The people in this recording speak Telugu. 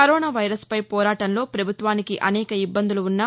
కరోనా వైరస్పై పోరాటంలో పభుత్వానికి అనేక ఇబ్బందులున్నా